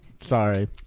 Sorry